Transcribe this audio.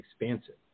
expansive